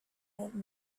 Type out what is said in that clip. out